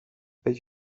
być